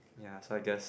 ya so I guess